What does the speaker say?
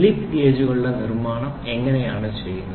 slip ഗേജുകളുടെ നിർമ്മാണം എങ്ങനെയാണ് ചെയ്യുന്നത്